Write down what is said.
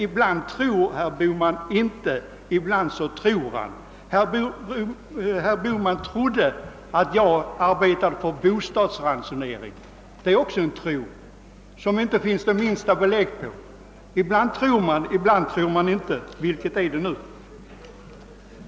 Herr Bohman trodde att jag arbetade för en bostadsransonering. Det är också en tro som det inte finns det minsta belägg för. Ibland tror herr Bohman, ibland tror han inte. Vilket är det nu? Bara gissningar?